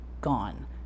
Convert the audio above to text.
gone